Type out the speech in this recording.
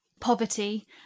poverty